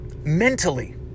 mentally